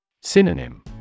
Synonym